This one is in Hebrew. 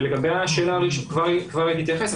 היא כבר תתייחס,